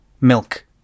Milk